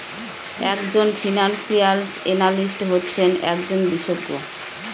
এক জন financial analyst হচ্ছেন একজন বিশেষজ্ঞ